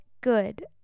good